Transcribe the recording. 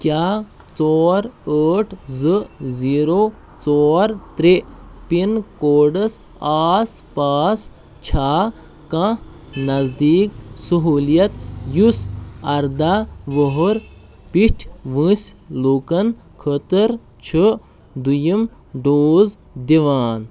کیٛاہ ژور ٲٹھ زٕ زیٖرو ژور ترٛےٚ پِن کوڈس آس پاس چھےٚ کانٛہہ نزدیٖک سہوٗلیت یُس اَرداہ وُہُر پیٚٹھۍ وٲنٛسہِ لوٗکَن خٲطرٕ چھُ دٔیِم ڈوز دِوان